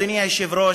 אדוני היושב-ראש,